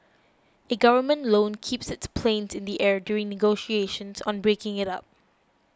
a government loan kept its planes in the air during negotiations on breaking it up